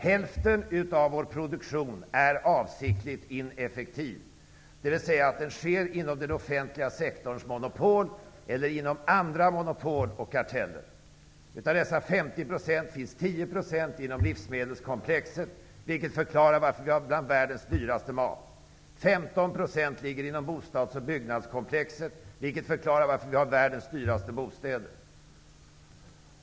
Hälften av vår produktion är avsiktligt ineffektiv, dvs. den sker inom den offentliga sektorns monopol eller inom andra monopol och karteller. Av dessa 50 % ligger 10 procentenheter inom livsmedelskomplexet, vilket förklarar varför vår mat är bland världens dyraste. 15 procentenheter ligger inom bostads och byggnadskomplexet, vilket förklarar varför vi har världens dyraste bostäder.